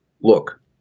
look